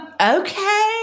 Okay